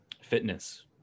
fitness